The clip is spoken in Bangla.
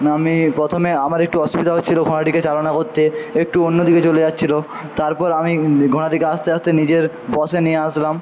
আমি প্রথমে আমার একটু অসুবিধা হচ্ছিল ঘোড়াটিকে চালনা করতে একটু অন্যদিকে চলে যাচ্ছিলো তারপর আমি ঘোড়াটিকে আস্তে আস্তে নিজের বশে নিয়ে আসলাম